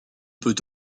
peut